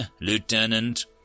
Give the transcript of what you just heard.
Lieutenant